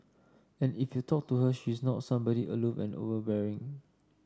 and if you talk to her she's not somebody aloof and overbearing